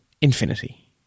infinity